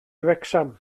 wrecsam